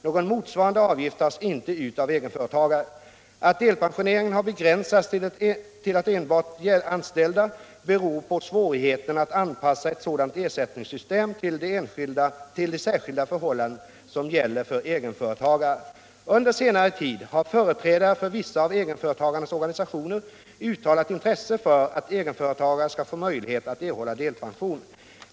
Någon motsvarande avgift tas inte ut av egenföretagare. Att delpensionering har begränsats till enbart anställda beror på svårigheten att anpassa ett sådant ersättningssystem till de särskilda förhållanden som gäller för egenföretagare. Under senare tid har företrädare för vissa av egenföretagarnas organisationer uttalat intresse för att egenföretagare skall få möjlighet att erhålla delpension.